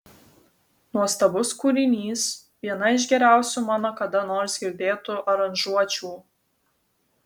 nuostabus kūrinys viena iš geriausių mano kada nors girdėtų aranžuočių